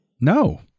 No